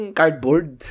cardboard